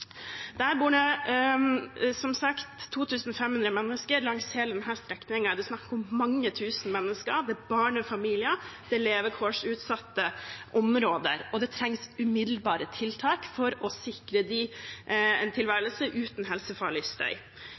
bor som sagt 2 500 mennesker der, og langs hele denne strekningen er det snakk om mange tusen mennesker. Det er barnefamilier, det er levekårsutsatte områder, og det trengs umiddelbare tiltak for å sikre dem en tilværelse uten